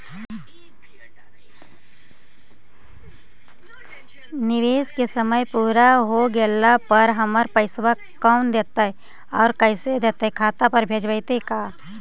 निवेश के समय पुरा हो गेला पर हमर पैसबा कोन देतै और कैसे देतै खाता पर भेजतै का?